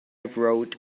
wrote